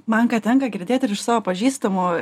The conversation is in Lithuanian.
man ką tenka girdėt ir iš savo pažįstamų